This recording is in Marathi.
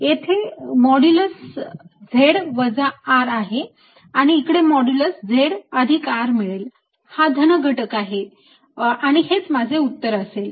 येथे मॉड्यूलस z वजा R आहे आणि इकडे मला मॉड्यूलस z अधिक R मिळेल हा धन घटक आहे आणि हेच माझे उत्तर असेल